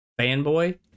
fanboy